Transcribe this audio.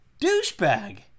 douchebag